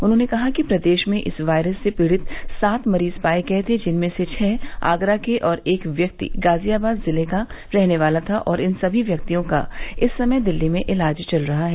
उन्होंने कहा कि प्रदेश में इस वायरस से पीड़ित सात मरीज पाये गये थे जिनमें से छह आगरा के और एक व्यक्ति गाजियाबाद जिले का रहने वाला था और इन सभी व्यक्तियों का इस समय दिल्ली में इलाज चल रहा है